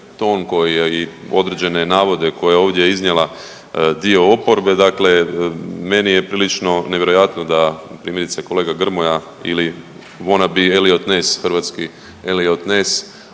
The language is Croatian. koji je i određene navode koje je ovdje iznijela dio oporbe, dakle meni je prilično nevjerojatno da primjerice kolega Grmoja ili von a bi Eliot Ness hrvatski Eliot Ness